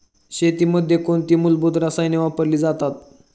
शेतीमध्ये कोणती मूलभूत रसायने वापरली जातात?